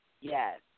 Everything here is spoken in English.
yes